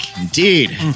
Indeed